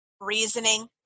reasoning